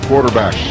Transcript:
quarterback